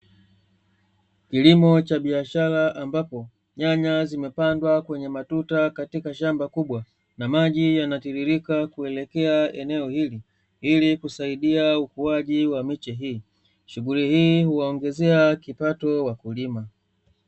Kilimo cha biashara ambapo nyanya zimepandwa kwenye matuta katika shamba kubwa, na maji yanatiririka kuelekea eneo hili ili kusaidia ukuaji wa miche hii. Shughuli hii huwaongezea kipato wakulima.